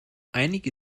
einige